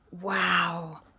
Wow